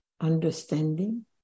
understanding